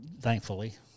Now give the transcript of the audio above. thankfully